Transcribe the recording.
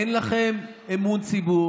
אין לכם את אמון הציבור,